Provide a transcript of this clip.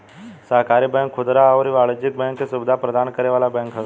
सहकारी बैंक खुदरा अउरी वाणिज्यिक बैंकिंग के सुविधा प्रदान करे वाला बैंक हवे